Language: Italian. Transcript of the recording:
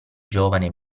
giovane